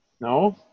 No